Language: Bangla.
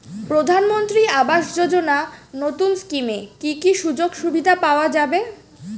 প্রধানমন্ত্রী আবাস যোজনা নতুন স্কিমে কি কি সুযোগ সুবিধা পাওয়া যাবে?